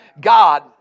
God